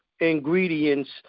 ingredients